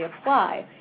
apply